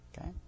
Okay